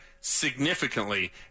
significantly